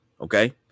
okay